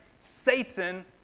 Satan